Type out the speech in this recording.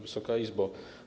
Wysoka Izbo!